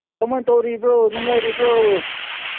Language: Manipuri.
ꯀꯃꯥꯏꯅ ꯇꯧꯔꯤꯕ꯭ꯔꯣ ꯅꯨꯡꯉꯥꯏꯔꯤꯕ꯭ꯔꯣ